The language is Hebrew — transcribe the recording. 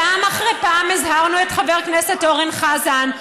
פעם אחרי פעם הזהרנו את חבר הכנסת אורן חזן.